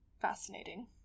fascinating